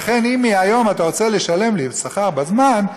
לכן, אם מהיום אתה רוצה לשלם לי שכר בזמן,